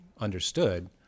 Understood